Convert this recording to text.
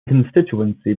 constituency